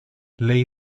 lady